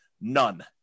None